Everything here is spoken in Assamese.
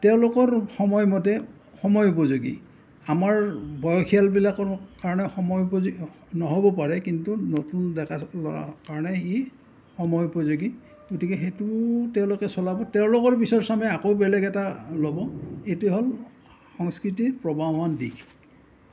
তেওঁলোকৰ সময়মতে সময় উপযোগী আমাৰ বয়সীয়ালবিলাকৰ কাৰণে সময় উপযোগী নহ'ব পাৰে কিন্তু নতুন ডেকা ল'ৰাৰ কাৰণে ই সময় উপযোগী গতিকে সেইটো তেওঁলোকে চলাব তেওঁলোকৰ পিছৰচামে আকৌ বেলেগ এটা ল'ব এইটোৱেই হ'ল সংস্কৃতিৰ প্ৰৱাহমান দিশ